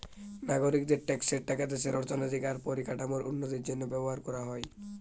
নাগরিকদের ট্যাক্সের টাকা দেশের অর্থনৈতিক আর পরিকাঠামোর উন্নতির জন্য ব্যবহার কোরা হয়